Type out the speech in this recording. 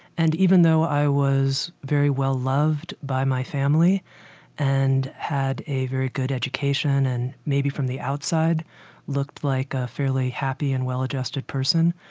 and even though i was very well loved by my family and had a very good education and maybe from the outside looked like a fairly happy and well-adjusted person,